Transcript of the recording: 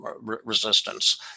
resistance